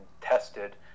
tested